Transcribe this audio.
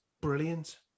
brilliant